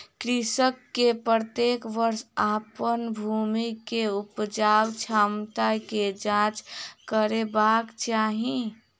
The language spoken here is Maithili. कृषक के प्रत्येक वर्ष अपन भूमि के उपजाऊ क्षमता के जांच करेबाक चाही